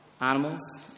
animals